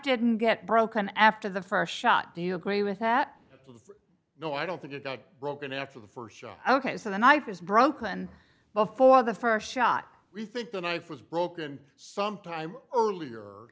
didn't get broken after the first shot do you agree with that no i don't think it got broken after the first shot ok so the knife is broken before the first shot we think the knife was broken sometime earlier